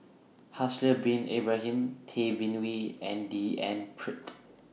Haslir Bin Ibrahim Tay Bin Wee and D N Pritt